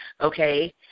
Okay